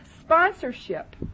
sponsorship